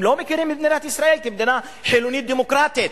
הם לא מכירים במדינת ישראל כמדינה חילונית דמוקרטית,